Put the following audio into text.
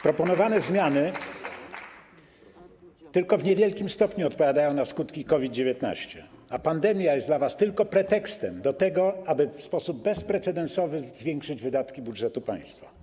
Proponowane zmiany tylko w niewielkim stopniu odpowiadają na skutki COVID-19, a pandemia jest dla was tylko pretekstem do tego, aby w sposób bezprecedensowy zwiększyć wydatki budżetu państwa.